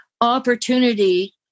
opportunity